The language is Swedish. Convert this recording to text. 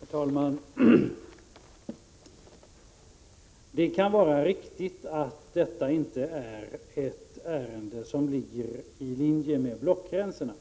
Herr talman! Det är uppenbarligen riktigt att detta inte är ett ärende som ligger i linje med blockgränserna.